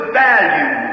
value